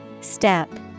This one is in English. Step